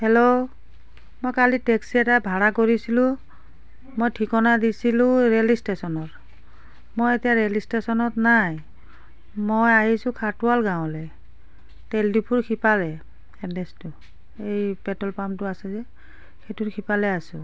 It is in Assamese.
হেল্ল' মই কালি টেক্সী এটা ভাৰা কৰিছিলোঁ মই ঠিকনা দিছিলোঁ ৰে'ল ইষ্টেচনৰ মই এতিয়া ৰে'ল ইষ্টেচনত নাই মই আহিছোঁ খাটোৱাল গাঁৱলৈ তেল ডিপোৰ সিপাৰে এডেছটো এই পেট্ৰ'ল পাম্পটো আছে যে সেইটোৰ সিফালে আছোঁ